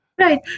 Right